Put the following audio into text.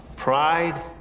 Pride